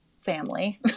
family